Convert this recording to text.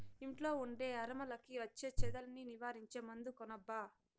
ఇంట్లో ఉండే అరమరలకి వచ్చే చెదల్ని నివారించే మందు కొనబ్బా